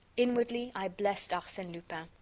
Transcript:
inwardly, i blessed arsene lupin.